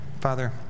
Father